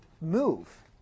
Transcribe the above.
move